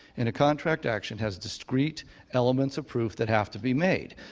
and a contract action has discrete elements of proof that have to be made.